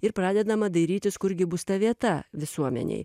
ir pradedama dairytis kur gi bus ta vieta visuomenei